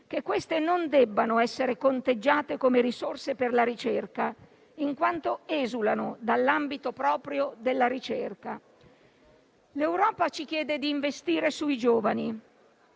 che queste non debbano essere conteggiate come risorse per la ricerca, in quanto esulano dall'ambito proprio della ricerca. L'Europa ci chiede di investire sui giovani